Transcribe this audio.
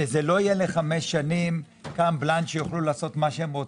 שזה לא יהיה לחמש שנים קארד בלנק שיוכלו לעשות מה שרוצים,